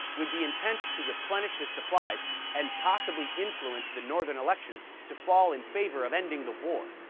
with the intent to replenish his supplies and possibly influence the northern elections to fall in favor of ending the war.